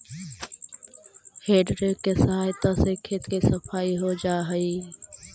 हेइ rake के सहायता से खेत के सफाई हो जा हई